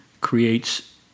creates